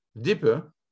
deeper